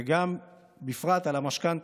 ובפרט על המשכנתה,